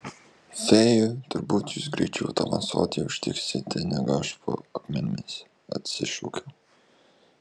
fėjų turbūt jūs greičiau tam savo ąsotyje užtiksite negu aš po akmenimis atsišaukiau